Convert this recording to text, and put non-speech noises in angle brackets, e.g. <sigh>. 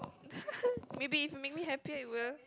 <laughs> maybe if you make me happier it will